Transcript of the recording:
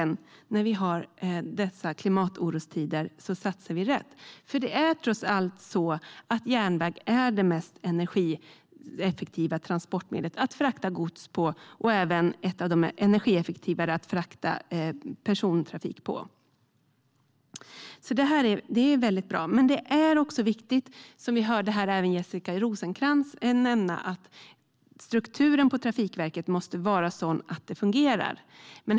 När vi har dessa klimatorostider satsar vi äntligen rätt. Järnväg är trots allt det mest energieffektiva transportmedlet att frakta gods på. Det är också ett av de mer energieffektiva transportmedlen för persontrafik. Det är väldigt bra. Vi hörde här Jessica Rosencrantz nämna att strukturen på Trafikverket måste vara sådan att det fungerar.